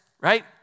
right